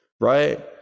right